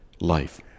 life